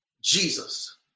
Jesus